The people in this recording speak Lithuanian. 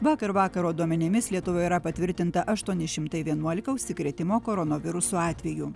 vakar vakaro duomenimis lietuvoje yra patvirtinta aštuoni šimtai vienuolika užsikrėtimo koronavirusu atvejų